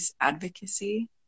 advocacy